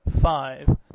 five